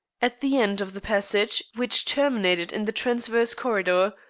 at the end of the passage, which terminated in the transverse corridor,